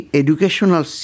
educational